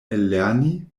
ellerni